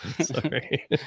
Sorry